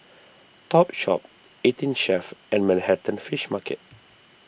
Topshop eighteen Chef and Manhattan Fish Market